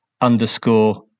underscore